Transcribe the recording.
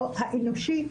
האנושי,